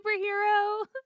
superhero